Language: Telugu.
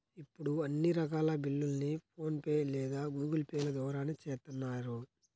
ఇప్పుడు అన్ని రకాల బిల్లుల్ని ఫోన్ పే లేదా గూగుల్ పే ల ద్వారానే చేత్తన్నారు